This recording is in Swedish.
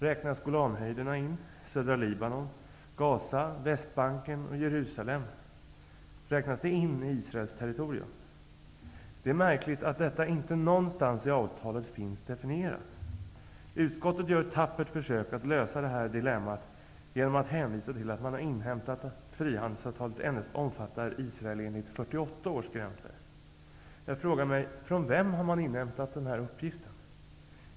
Räknas Golanhöjderna, södra Israels territorium? Det är märkligt att detta inte någonstans i avtalet finns definierat. Utskottet gör ett tappert försök att lösa dilemmat genom att hänvisa till att man inhämtat att frihandelsavtalet endast omfattar Jag frågar mig: Från vem har man inhämtat denna uppgift?